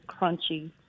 crunchy